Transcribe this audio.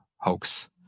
Hoax